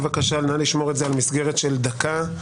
נא לשמור אותן על מסגרת של דקה.